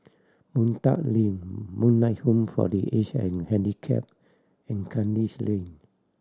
Boon Tat Link Moonlight Home for The Aged and Handicapped and Kandis Lane